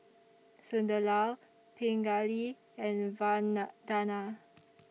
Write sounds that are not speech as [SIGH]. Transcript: Sunderlal Pingali and [UNINTELLIGIBLE]